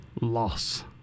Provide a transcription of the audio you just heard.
loss